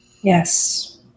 Yes